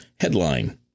Headline